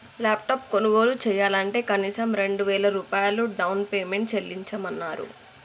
laptop కొనుగోలు చెయ్యాలంటే కనీసం రెండు వేల రూపాయలు డౌన్ పేమెంట్ చెల్లించమన్నరు